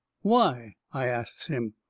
why? i asts him.